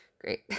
Great